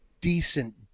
decent